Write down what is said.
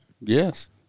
Yes